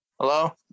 Hello